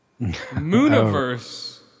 Mooniverse